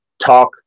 talk